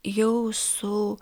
jau su